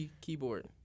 keyboard